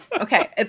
Okay